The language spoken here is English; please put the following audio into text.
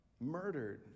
murdered